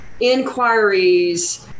inquiries